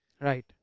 Right